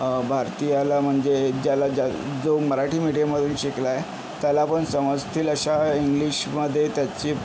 भारतीयाला म्हणजे ज्याला ज्या जो मराठी मीडियममधून शिकलाय त्यालापण समजतील अशा इंग्लिशमधे त्याची